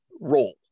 role